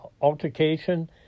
altercation